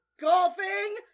golfing